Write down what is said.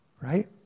right